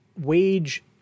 wage